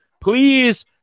Please